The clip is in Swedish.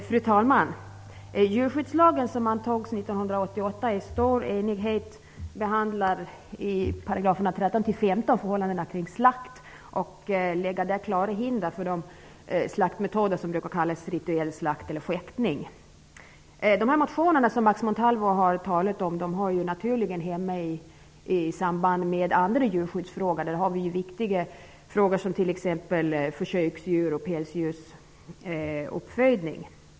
Fru talman! I djurskyddslagen, som antogs i stor enighet 1988, behandlas i paragraferna 13--15 förhållandena kring slakt. Där läggs klara hinder för de slaktmetoder som kallas rituell slakt -- De motioner Max Montalvo har tagit upp hör naturligen hemma med andra djurskyddsfrågor. Det är viktiga frågor som t.ex. uppfödning av försöks och pälsdjur.